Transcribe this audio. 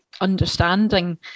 understanding